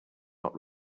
not